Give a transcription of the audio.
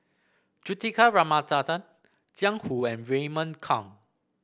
Juthika Ramanathan Jiang Hu and Raymond Kang